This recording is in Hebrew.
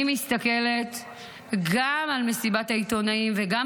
אני מסתכלת גם על מסיבת העיתונאים וגם